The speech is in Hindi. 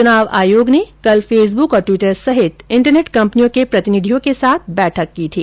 चुनाव आयोग ने केल फेसबुक और ट्विटर सहित इन्टरनेट कंपनियों के प्रतिनिधियों के साथ बैठक की थी